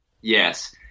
Yes